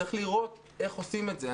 צריך לראות איך עושים את זה.